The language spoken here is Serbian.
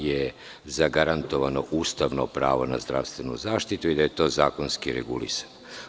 Naime, zagarantovano je ustavno pravo na zdravstvenu zaštitu i to je zakonski regulisano.